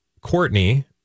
courtney